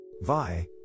VI